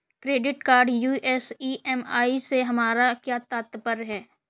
Credit card US EMI से हमारा क्या तात्पर्य है?